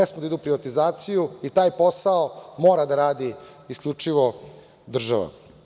Ne smeju da idu u privatizaciju i taj posao mora da radi isključivo država.